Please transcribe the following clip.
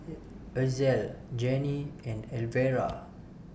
Ezell Janie and Elvera